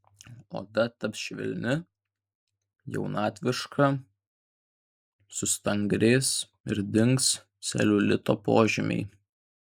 oda taps švelni jaunatviška sustangrės ir dings celiulito požymiai